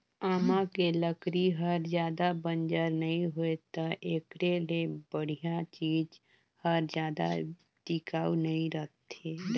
आमा के लकरी हर जादा बंजर नइ होय त एखरे ले बड़िहा चीज हर जादा टिकाऊ नइ रहें